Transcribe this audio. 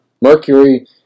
Mercury